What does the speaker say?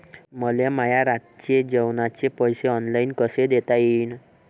मले माया रातचे जेवाचे पैसे ऑनलाईन कसे देता येईन?